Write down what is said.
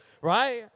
right